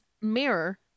mirror